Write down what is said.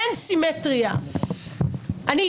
אין סימטריה.